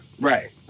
Right